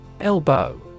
Elbow